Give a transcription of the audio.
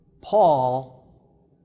Paul